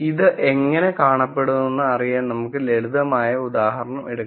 ഇത് എങ്ങനെ കാണപ്പെടുമെന്ന് അറിയാൻ നമുക്ക് ഒരു ലളിതമായ ഉദാഹരണം എടുക്കാം